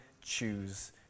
choose